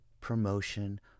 promotion